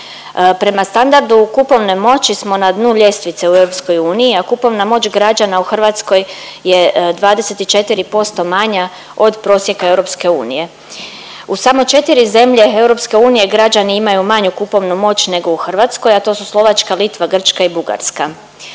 Prema standardu kupovne moći smo na dnu ljestvice u EU, a kupovna moć građana u Hrvatskoj je 24% manja od prosjeka EU. U samo 4 zemlje EU građani imaju manju kupovnu moć, a to su Slovačka, Litva, Grčka i Bugarska.